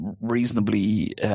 reasonably